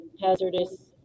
hazardous